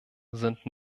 sind